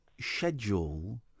schedule